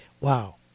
wow